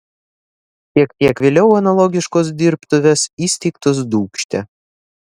šiek tiek vėliau analogiškos dirbtuvės įsteigtos dūkšte